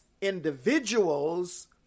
individuals